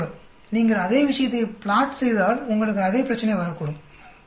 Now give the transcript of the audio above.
நீங்கள் அதே விஷயத்தை பிளாட் செய்தால் உங்களுக்கு அதே பிரச்சினை வரக்கூடும் சரியா